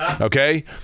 okay